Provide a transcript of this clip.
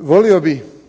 Volio bih